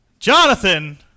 Jonathan